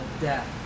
death